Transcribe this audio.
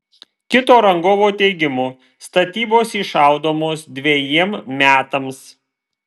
kito rangovo teigimu statybos įšaldomos dvejiem metams